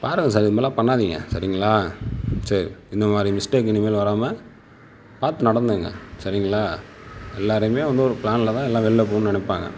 பாருங்கள் சார் இதுமாதிரிலாம் பண்ணதிங்க சரிங்களா சரி இந்தமாதிரி மிஸ்டேக் இனிமேல் வராம பார்த்து நடந்துங்க சரிங்களா எல்லாருமே வந்து ஒரு பிளானில் தான் எல்லாம் வெளில போணும்னு நினைப்பாங்க